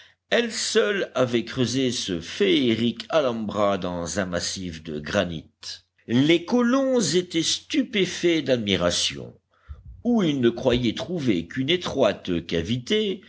elle seule avait creusé ce féerique alhambra dans un massif de granit les colons étaient stupéfaits d'admiration où ils ne croyaient trouver qu'une étroite cavité